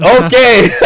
Okay